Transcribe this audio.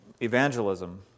evangelism